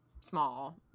small